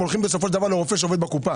הולכים בסופו של דבר לרופא שעובד בקופה.